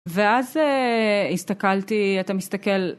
ואז הסתכלתי, אתה מסתכל